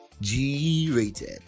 G-Rated